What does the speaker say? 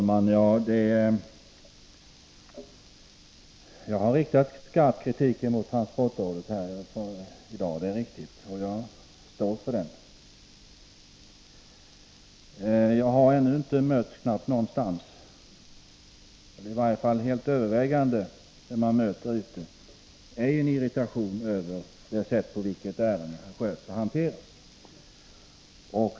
Herr talman! Jag har riktat skarp kritik mot transportrådet här i dag — det är riktigt — och jag står för den. Den helt övervägande reaktionen man möter är enirritation över det sätt på vilket ärendena hanteras.